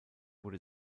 wurde